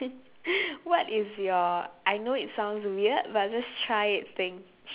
what is your I know it sounds weird but just try it thing